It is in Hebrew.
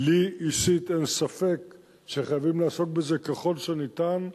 לי אישית אין ספק שחייבים לעסוק בזה ככל שניתן,